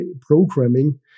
programming